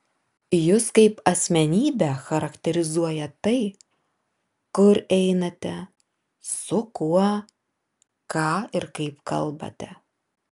jus kaip asmenybę charakterizuoja tai kur einate su kuo ką ir kaip kalbate